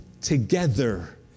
together